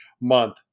month